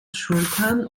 schultern